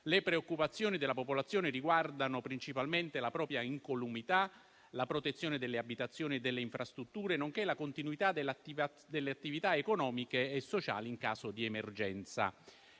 Le preoccupazioni della popolazione riguardano principalmente la propria incolumità, la protezione delle abitazioni e delle infrastrutture, nonché la continuità delle attività economiche e sociali in caso di emergenza.